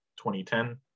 2010